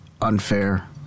unfair